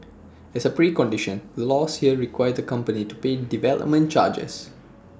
as A precondition the laws here require the company to pay development charges